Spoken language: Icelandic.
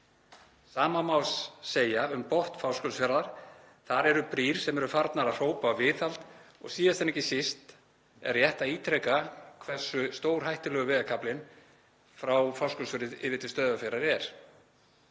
Sama má segja um botn Fáskrúðsfjarðar. Þar eru brýr sem eru farnar að hrópa á viðhald og síðast en ekki síst er rétt að ítreka hversu stórhættulegur vegarkaflinn frá Fáskrúðsfirði yfir til Stöðvarfjarðar er.